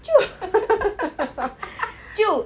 就 就